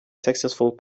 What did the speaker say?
successful